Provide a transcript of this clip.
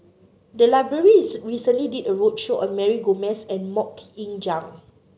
the library is recently did a roadshow on Mary Gomes and MoK Ying Jang